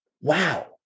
wow